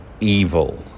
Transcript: evil